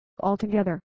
Altogether